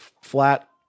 flat